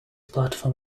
platform